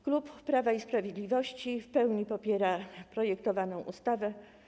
Klub Prawa i Sprawiedliwości w pełni popiera projektowaną ustawę.